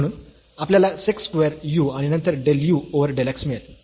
म्हणून आपल्याला sec square u आणि नंतर del u over del x मिळेल